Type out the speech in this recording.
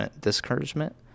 discouragement